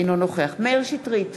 אינו נוכח מאיר שטרית,